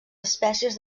espècies